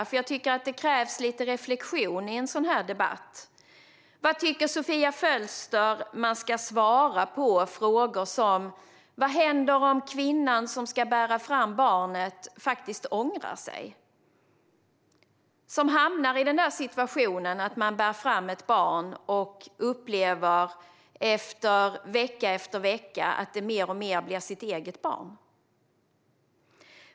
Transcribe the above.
Jag tycker nämligen att det krävs lite reflektion i en sådan här debatt. Vad tycker Sofia Fölster att man ska svara på frågor som vad som händer om kvinnan som ska bära fram barnet ångrar sig, om hon bär fram ett barn som hon vecka efter vecka upplever blir mer och mer hennes eget barn?